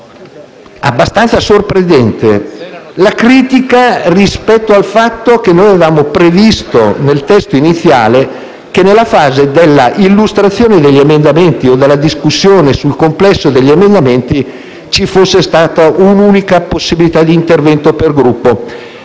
abbastanza sorprendente la critica rispetto al fatto che nel testo iniziale avevamo previsto che nella fase dell'illustrazione degli emendamenti o nella discussione sul complesso degli emendamenti, ci fosse stata un'unica possibilità di intervento per gruppo.